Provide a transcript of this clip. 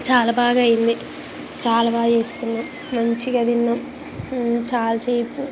చాలా బాగా అయ్యింది చాలా బాగా చేసుకున్నాం మంచిగా తిన్నాం చాలా సేపు